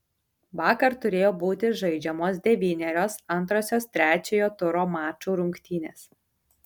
vakar turėjo būti žaidžiamos devynerios antrosios trečiojo turo mačų rungtynės